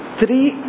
three